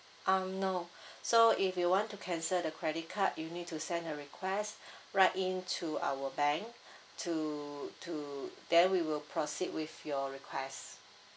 um no so if you want to cancel the credit card you need to send a request write in to our bank to to then we will proceed with your request